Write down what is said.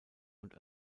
und